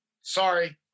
Sorry